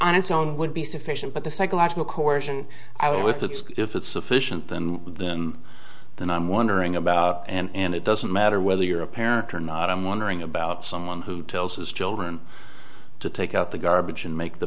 on its own would be sufficient but the psychological coercion i would with that if it's sufficient than the than i'm wondering about and it doesn't matter whether you're a parent or not i'm wondering about someone who tells his children to take out the garbage and make the